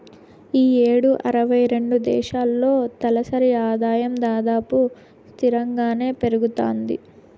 ఈ యేడు అరవై రెండు దేశాల్లో తలసరి ఆదాయం దాదాపు స్తిరంగానే పెరగతాంది